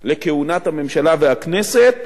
לכהונת הממשלה והכנסת,